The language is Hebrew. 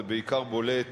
זה בעיקר בולט